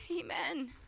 Amen